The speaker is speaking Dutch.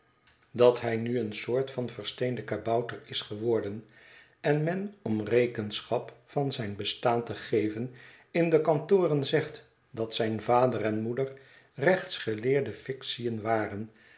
indat hij nu een soort van versteende kabouter is geworden en men om rekenschap van zijn bestaan te geveit in de kantoren zegt dat zijn vader en moeder rechtsgeleerde actiën waren